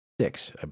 six